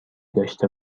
داشته